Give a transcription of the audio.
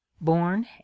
born